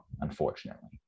unfortunately